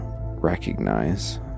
recognize